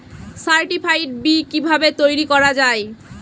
Certified বি কিভাবে তৈরি করা যায়?